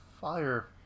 fire